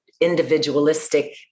individualistic